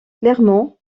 clermont